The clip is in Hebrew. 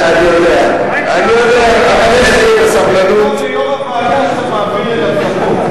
השיב לו באותה שעה סגן השר מיכאל מלכיאור.